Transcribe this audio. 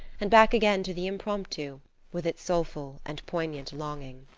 and back again to the impromptu with its soulful and poignant longing.